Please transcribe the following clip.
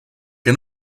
que